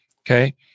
okay